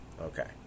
Okay